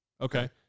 Okay